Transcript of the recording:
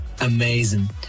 amazing